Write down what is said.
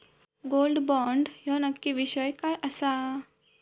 Gold bond ह्यो नक्की विषय काय आसा?